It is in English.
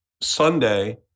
Sunday